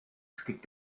stieg